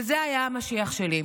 וזה היה המשיח שלי.